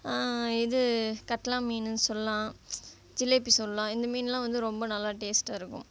இது கட்லா மீன் சொல்லாம் ஜிலேபி சொல்லாம் இந்த மீன் எல்லாம் வந்து ரொம்ப நல்லா டேஸ்ட்டாக இருக்கும்